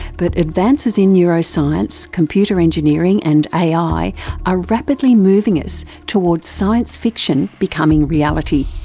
but advances in neuroscience, computer engineering and ai are rapidly moving us towards science fiction becoming reality.